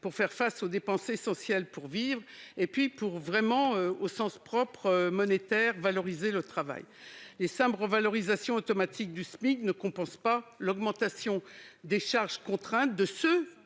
pour face aux dépenses essentielles, pour vivre et pour valoriser, au sens monétaire, le travail. Les cinq revalorisations automatiques du SMIC ne compensent pas l'augmentation des charges contraintes de ceux